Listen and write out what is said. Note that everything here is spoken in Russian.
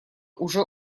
уже